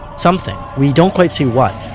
something, we don't quite see what,